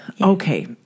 Okay